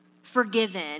forgiven